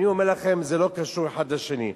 אני אומר לכם, זה לא קשור האחד לשני.